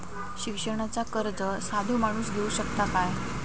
शिक्षणाचा कर्ज साधो माणूस घेऊ शकता काय?